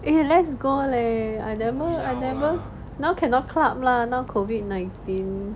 eh let's go leh I never I never now cannot club lah now COVID nineteen